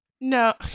No